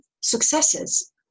successes